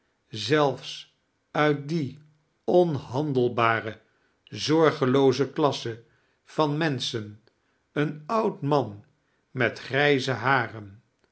zelfs uit die onhandelbare zorgelooze klasse van menschen een oud man met grijze haren